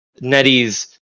Nettie's